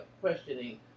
questioning